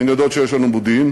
הן יודעות שיש לנו מודיעין,